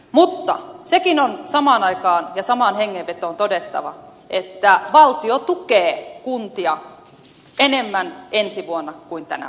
mutta sekin on samaan aikaan ja samaan hengenvetoon todettava että valtio tukee kuntia enemmän ensi vuonna kuin tänä vuonna